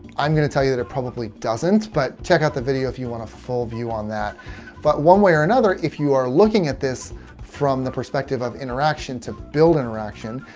i'm going to tell you that it probably doesn't but check out the video if you want a full view on that but one way or another if you are looking at this from the perspective of interaction to build interaction.